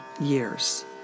years